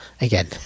again